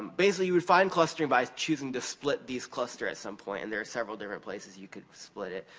um basically you would find clustering by choosing to split these cluster at some point, and there are several different places you could split it.